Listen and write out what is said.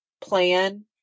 plan